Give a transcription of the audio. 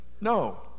No